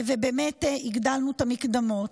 ובאמת, הגדלנו את המקדמות.